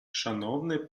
шановний